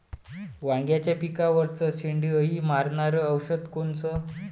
वांग्याच्या पिकावरचं शेंडे अळी मारनारं औषध कोनचं?